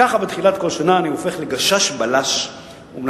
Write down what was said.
ככה בתחילת כל שנה אני הופך לגשש בלש ומנסה